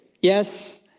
Yes